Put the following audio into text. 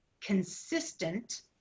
consistent